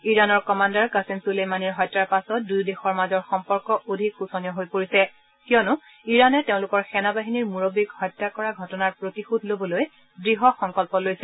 ইৰাণৰ commander Qasem চূলেমানীৰ হত্যাৰ পাছত দুয়ো দেশৰ মাজৰ সম্পৰ্ক অধিক শোচনীয় হৈ পৰিছে কিয়নো ইৰাণে তেওঁলোকৰ সেনা বাহিনীৰ মুৰববীক হত্যা কৰা ঘটনাৰ প্ৰতিশোধ লবলৈ দৃঢ় সংকল্প লৈছে